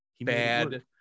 Bad